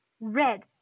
Red